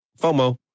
FOMO